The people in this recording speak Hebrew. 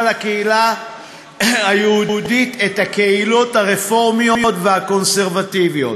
הקהילה היהודית את הקהילות הרפורמיות והקונסרבטיביות.